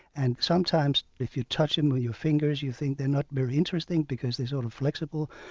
and sometimes, if you touch them with your fingers, you think they're not very interesting because they're sort of flexible.